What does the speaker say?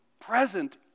present